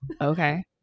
Okay